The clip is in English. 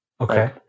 Okay